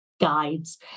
guides